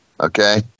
okay